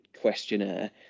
questionnaire